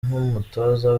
n’umutoza